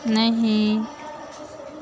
नहीं